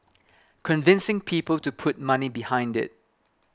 convincing people to put money behind it